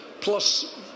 plus